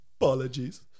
Apologies